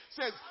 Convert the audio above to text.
says